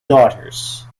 daughters